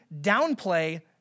downplay